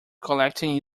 collecting